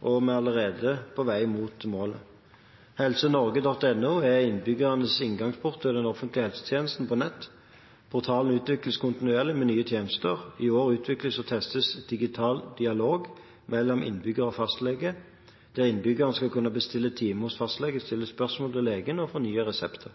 og vi er allerede på vei mot målet. Helsenorge.no er innbyggernes inngangsport til den offentlige helsetjenesten på nett. Portalen utvikles kontinuerlig med nye tjenester. I år utvikles og testes digital dialog mellom innbygger og fastlege, der innbyggeren skal kunne bestille time hos fastlege, stille spørsmål til legen og fornye resepter.